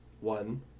one